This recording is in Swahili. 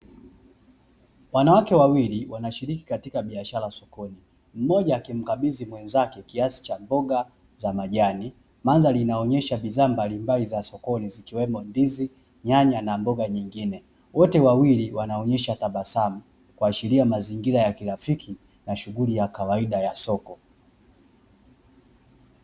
Wanawake wawili wanashiriki katika biashara sokoni, mmoja akimkabidhi mwenzake kiasi cha mboga za majani. Mandhari inaonyesha bidhaa mbalimbali sokoni zikiwemo, nyanya, ndizi na mboga nyingine. Wote wawili wakionyesha tabasamu, kuashiria mazingira ya kirafiki na shughuli ya kawaida ya soko.